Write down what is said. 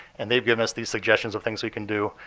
and they've given us these suggestions of things we can do.